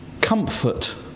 comfort